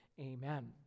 amen